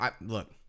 look